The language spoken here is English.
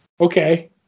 Okay